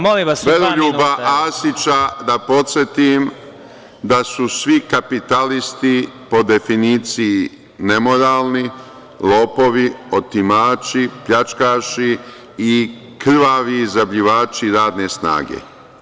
Moram Veroljuba Arsića da podsetim da su svi kapitalisti po definiciji nemoralni, lopovi, otimači, pljačkaši i krvavi izrabljivači radne snage.